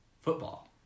football